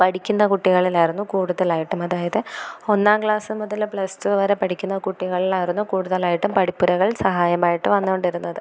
പഠിക്കുന്ന കുട്ടികളിലായിരുന്നു കൂടുതലായിട്ടും അതായത് ഒന്നാം ക്ലാസ് മുതൽ പ്ലസ് ടു വരെ പഠിക്കുന്ന കുട്ടികളിലായിരുന്നു കൂടുതലായിട്ടും പഠിപ്പുരകൾ സഹായകമായിട്ട് വന്നുകൊണ്ടിരുന്നത്